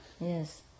Yes